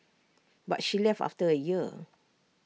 but she left after A year